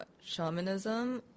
shamanism